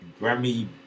Grammy